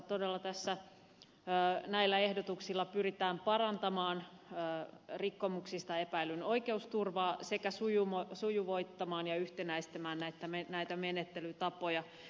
todella näillä ehdotuksilla pyritään parantamaan rikkomuksista epäillyn oikeusturvaa sekä sujuvoittamaan ja yhtenäistämään näitä menettelytapoja